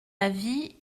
avis